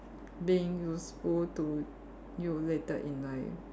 being useful to you later in life